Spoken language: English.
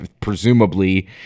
presumably